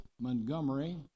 Montgomery